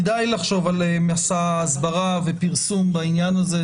כדאי לחשוב על מסע הסברה ופרסום בעניין הזה,